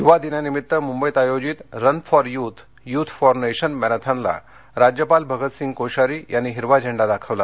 युवा दिनानिमित्त मुंबईत आयोजित run for youth youth for nation मॅरेथॉनला राज्यपाल भगतसिंग कोश्यारी यांनी हिरवा झेंडा दाखवला